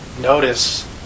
notice